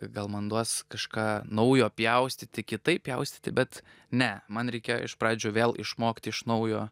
gal man duos kažką naujo pjaustyti kitaip pjaustyti bet ne man reikėjo iš pradžių vėl išmokti iš naujo